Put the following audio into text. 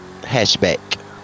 hatchback